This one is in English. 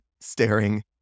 staring